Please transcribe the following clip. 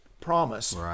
promise